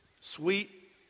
sweet